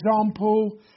example